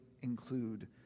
include